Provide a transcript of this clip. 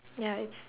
ya it's